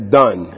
done